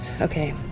Okay